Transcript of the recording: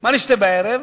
מה אני שותה בערב?